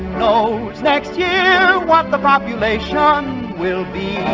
know next year what the population um will be